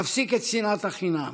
להפסיק את שנאת החינם.